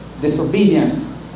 disobedience